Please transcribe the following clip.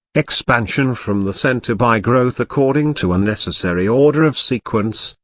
expansion from the centre by growth according to a necessary order of sequence,